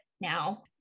now